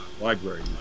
library